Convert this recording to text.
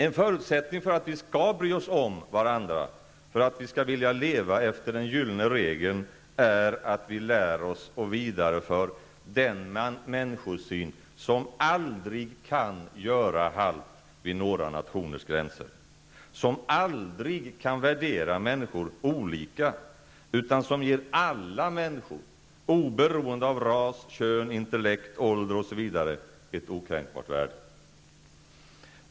En förutsättning för att vi skall bry oss mer om varandra, för att vi skall vilja leva efter Den gyllene regeln, är att vi lär oss och vidareför den människosyn som aldrig kan göra halt vid några nationers gränser, som aldrig kan värdera människor olika utan som ger alla människor oberoende av ras, kön, intellekt, ålder etc. ett okränkbart värde.